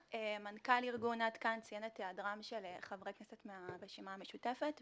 מנכ"ל ארגון עד כאן ציין את היעדרם של חברי כנסת מהרשימה המשותפת,